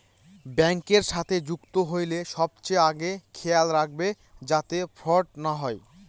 ব্যাঙ্কের সাথে যুক্ত হইলে সবচেয়ে আগে খেয়াল রাখবে যাতে ফ্রড না হয়